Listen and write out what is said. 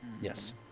Yes